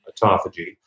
autophagy